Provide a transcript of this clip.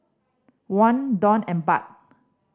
Won Dong and Baht